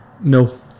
No